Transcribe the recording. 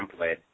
template